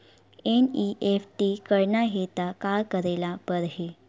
NEFT करना हे त का करे ल पड़हि?